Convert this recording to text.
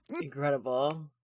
Incredible